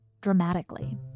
dramatically